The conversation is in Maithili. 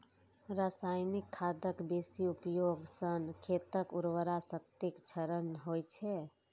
रासायनिक खादक बेसी उपयोग सं खेतक उर्वरा शक्तिक क्षरण होइ छै